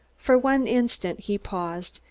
for one instant he paused,